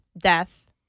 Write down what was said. Death